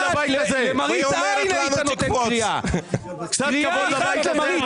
למראית עין היית נותן קריאה אחת.